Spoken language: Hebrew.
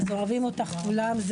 אוהבים אותך כולם.